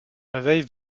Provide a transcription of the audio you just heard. réveille